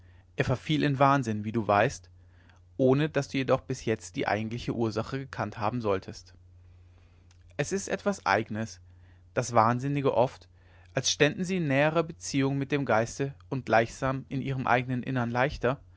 er verfiel in wahnsinn wie du weißt ohne daß du jedoch bis jetzt die eigentliche ursache gekannt haben solltest es ist etwas eignes daß wahnsinnige oft als ständen sie in näherer beziehung mit dem geiste und gleichsam in ihrem eignen innern leichter